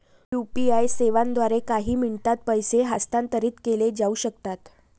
UPI सेवांद्वारे काही मिनिटांत पैसे हस्तांतरित केले जाऊ शकतात